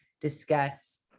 discuss